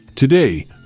Today